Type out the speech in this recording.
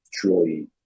truly